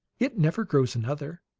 it never grows another.